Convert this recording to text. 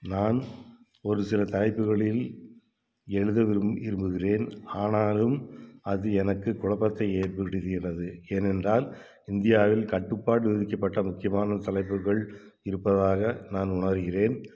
நான் ஒரு சில தலைப்புகளில் எழுத விரும் விரும்புகிறேன் ஆனாலும் அது எனக்கு குழப்பத்தை ஏற்படுத்துக்கிறது ஏன் என்றால் இந்தியாவில் கட்டுப்பாடு விதிக்கப்பட்ட முக்கியமான தலைப்புகள் இருப்பதாக நான் உணர்கிறேன்